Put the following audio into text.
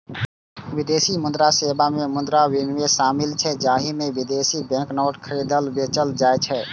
विदेशी मुद्रा सेवा मे मुद्रा विनिमय शामिल छै, जाहि मे विदेशी बैंक नोट खरीदल, बेचल जाइ छै